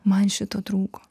man šito trūko